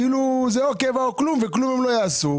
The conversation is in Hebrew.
כאילו זה או קבע או כלום וכלום לא יעשו.